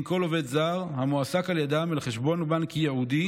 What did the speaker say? כל עובד זר המועסק על ידם אל חשבון בנק ייעודי